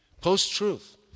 post-truth